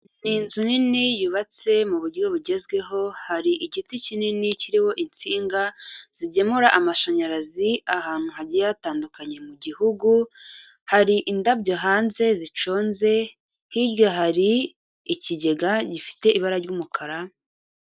Ni inzu nini yubatse mu buryo bugezweho, hari igiti kinini kiriho insinga zigemura amashanyarazi ahantu hagiye hatandukanye mu gihugu, hari indabyo hanze ziconze, hirya hari ikigega gifite ibara ry'umukara.